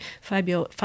Fabio